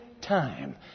time